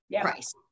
price